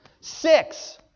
six